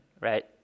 right